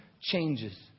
changes